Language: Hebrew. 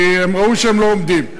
כי הם ראו שהם לא עומדים.